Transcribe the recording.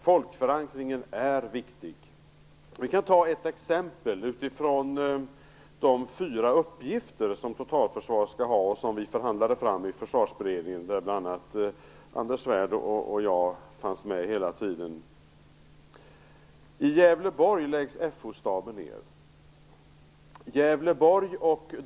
Folkförankringen är viktig. Vi kan ta ett exempel utifrån de fyra uppgifter som totalförsvaret skall ha och som vi förhandlade fram i Försvarsberedningen, där bl.a. Anders Svärd och jag fanns med hela tiden.